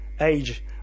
age